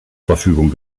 verfügung